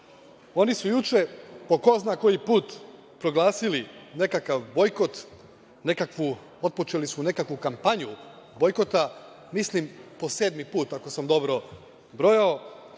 Oni su juče po ko zna koji put, proglasili nekakav bojkot, nekakvu su kampanju otpočeli bojkota, mislim po sedmi put, ako sam dobro brojao,